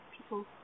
people